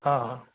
हाँ हाँ